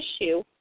issue